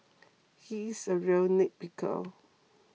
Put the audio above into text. he is a real nitpicker